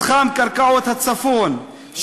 מתחם קרקעות הצפון,